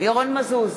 ירון מזוז,